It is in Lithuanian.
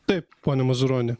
taip pone mazuroni